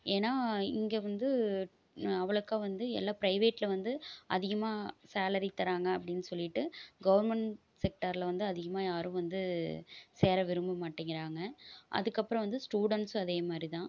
ஏன்னால் இங்கே வந்து அவ்வளோக்கா வந்து எல்லாம் ப்ரைவேட்டில் வந்து அதிகமாக சேலரி தராங்க அப்படின் சொல்லிகிட்டு கவர்மெண்ட் செக்டாரில் வந்து அதிகமாக யாரும் வந்து சேர விரும்ப மாட்டேங்கிறாங்க அதுக்கப்புறம் வந்து ஸ்டூடெண்ட்ஸும் அதேமாதிரி தான்